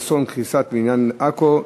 אסון קריסת בניין בעכו,